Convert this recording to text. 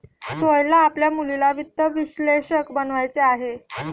सोहेलला आपल्या मुलीला वित्त विश्लेषक बनवायचे आहे